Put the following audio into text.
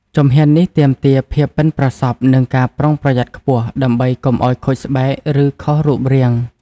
ជំហាននេះទាមទារភាពប៉ិនប្រសប់និងការប្រុងប្រយ័ត្នខ្ពស់ដើម្បីកុំឱ្យខូចស្បែកឬខុសរូបរាង។